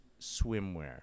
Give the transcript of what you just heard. swimwear